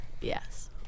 Yes